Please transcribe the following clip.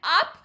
up